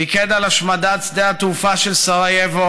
הוא פיקד על השמדת שדה התעופה של סרייבו,